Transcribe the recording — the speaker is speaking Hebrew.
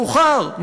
מאוחר,